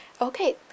Okay